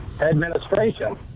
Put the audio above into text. administration